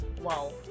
wow